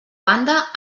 banda